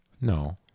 No